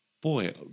boy